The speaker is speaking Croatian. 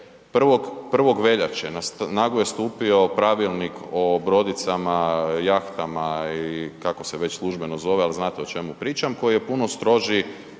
je 1. veljače naglo je stupio Pravilnik o brodicama, jahtama i kako se već službeno zove ali znate o čemu pričam, koji je puno stroži